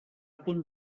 punt